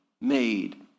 made